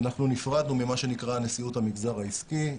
אנחנו נפרדנו ממה שנקרא נשיאות המגזר העסקי.